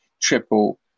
triple